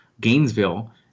gainesville